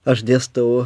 aš dėstau